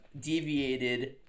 deviated